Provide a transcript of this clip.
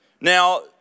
Now